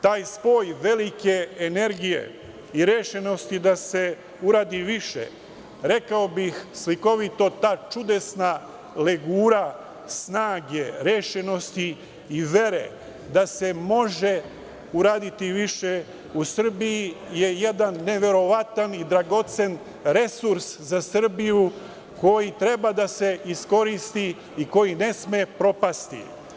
Taj spoj velike energije i rešenosti da se uradi više, rekao bih slikovito, ta čudesna legura snage, rešenosti i vere da se može uraditi više u Srbiji je jedan neverovatan i dragocen resurs za Srbiju, koji treba da se iskoristi i koji ne sme propasti.